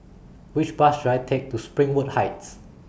Which Bus should I Take to Springwood Heights